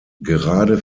gerade